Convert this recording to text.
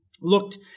looked